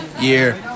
year